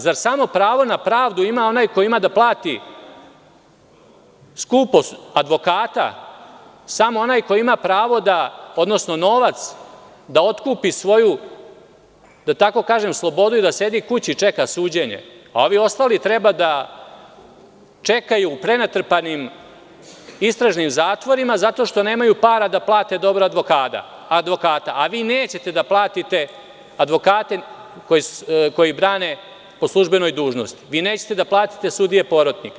Zar samo pravo na pravdu ima onaj ko ima da plati skupog advokata, samo onaj koji ima pravo odnosno novac da otkupi svoju, da tako kažem, slobodu i da sedi kući i čeka suđenje, a ovi ostali treba da čekaju u prenatrpanim istražnim zatvorima zato što nemaju para da plate dobrog advokata, a vi nećete da platite advokate koji brane po službenoj dužnosti, vi nećete da platite sudije porotnike?